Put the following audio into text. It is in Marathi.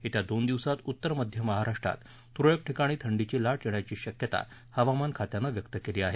येत्या दोन दिवसात उत्तर मध्य महाराष्ट्रात तुरळक ठिकाणी थंडीची लाट येण्याची शक्यता हवामान खात्यानं व्यक् केली आहे